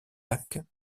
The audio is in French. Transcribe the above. lacs